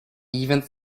even